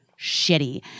shitty